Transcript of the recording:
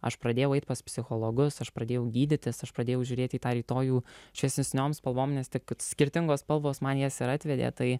aš pradėjau eit pas psichologus aš pradėjau gydytis aš pradėjau žiūrėti į tą rytojų šviesesniom spalvom nes tik skirtingos spalvos man jas ir atvedė tai